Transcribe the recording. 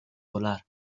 volar